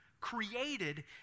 created